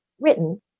written